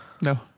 No